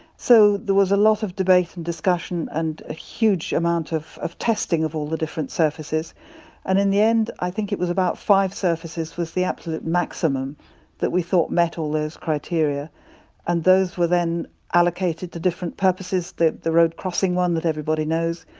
so, there was a lot of debate and discussion and a huge amount of of testing of all the different surfaces and in the end, i think, it was about five surfaces was the absolute maximum that we thought met all those criteria and those were then allocated to different purposes the the road crossing one that everyone knows,